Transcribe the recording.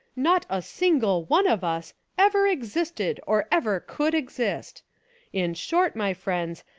not a single one of us, ever existed, or ever could exist in short, my friends,